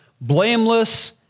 blameless